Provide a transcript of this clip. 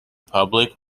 public